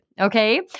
Okay